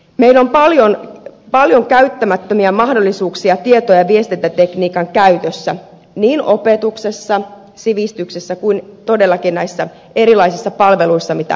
meillä on paljon käyttämättömiä mahdollisuuksia tieto ja viestintätekniikan käytössä niin opetuksessa sivistyksessä kuin todellakin näissä erilaisissa palveluissa mitä kansalaiset saavat